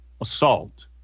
assault